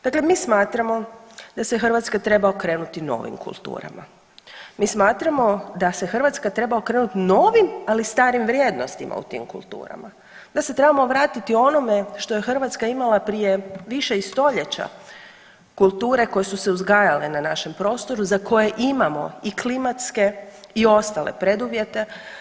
Dakle, mi smatramo da se Hrvatska treba okrenuti novim kulturama, mi smatramo da se Hrvatska treba okrenuti novim, ali starim vrijednostima u tim kulturama, da se trebamo vratiti onome što je Hrvatska imala prije i više stoljeća kulture koje su se uzgajale za našem prostoru za koje imamo i klimatske i ostale preduvjete.